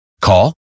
Call